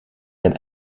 met